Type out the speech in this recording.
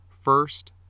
first